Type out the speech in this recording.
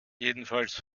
jedenfalls